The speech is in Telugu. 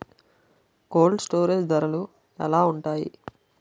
కోల్డ్ స్టోరేజ్ ధరలు ఎలా ఉంటాయి?